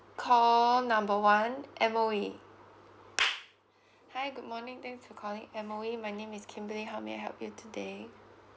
call number one M_O_E hi good morning thanks for calling M_O_E my name is kimberly how may I help you today